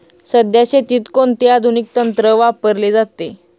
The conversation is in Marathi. सध्या शेतीत कोणते आधुनिक तंत्र वापरले जाते?